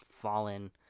Fallen